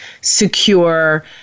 secure